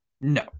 No